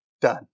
done